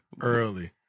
Early